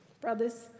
brothers